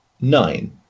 Nine